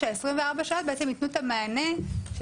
שה-24 שעות בעצם ייתנו את המענה של